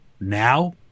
now